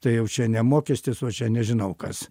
tai jau čia ne mokestis o čia nežinau kas